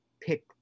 pick